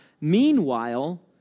Meanwhile